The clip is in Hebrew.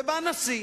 ובא נשיא